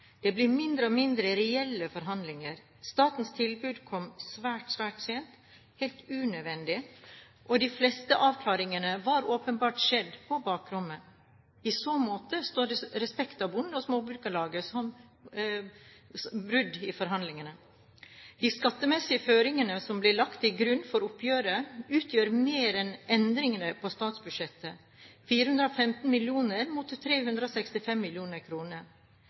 Det blir mindre og mindre reelle forhandlinger. Statens tilbud kom svært, svært sent – helt unødvendig – og de fleste avklaringer har åpenbart skjedd på bakrommet. I så måte står det respekt av Bonde- og Småbrukarlagets brudd i forhandlingene. De skattemessige føringene som ble lagt til grunn for oppgjøret, utgjør mer enn endringene på statsbudsjettet – 415 mill. kr mot 365